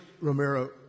Romero